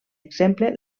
exemple